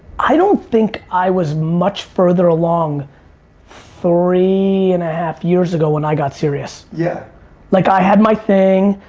i don't think i was much further along three and a half years ago when i got serious. yeah like i had my thing,